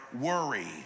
worry